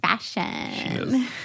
fashion